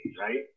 right